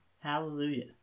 hallelujah